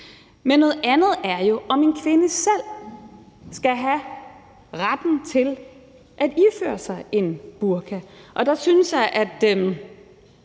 Men noget andet er jo, om en kvinde selv skal have retten til at iføre sig en burka, og der synes jeg, at vi